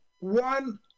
one